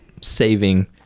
saving